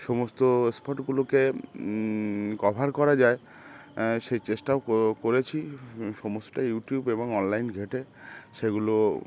সমস্ত স্পটগুলোকে কভার করা যায় সেই চেষ্টাও করে করেছি সমস্ত ইউটিউব এবং অনলাইন ঘেটে সেগুলো